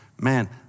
man